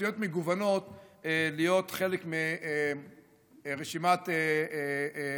לאוכלוסיות מגוונות להיות חלק מרשימת העובדים,